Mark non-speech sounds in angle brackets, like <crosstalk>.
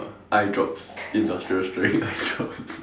eye drops industrial strength eye drop <laughs>